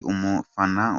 umufana